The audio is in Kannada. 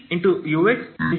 EdtT0ut